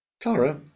Clara